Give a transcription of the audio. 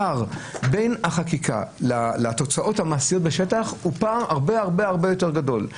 הפער בין החקיקה לתוצאות המעשיות בשטח הוא פער הרבה יותר גדול.